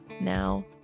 now